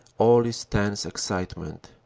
all is tense excitement.